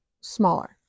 smaller